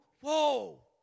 whoa